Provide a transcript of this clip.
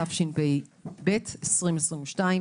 התשפ"ב-2022,